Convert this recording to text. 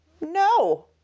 No